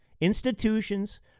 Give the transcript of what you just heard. institutions